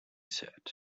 said